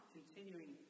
Continuing